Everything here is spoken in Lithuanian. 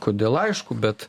kodėl aišku bet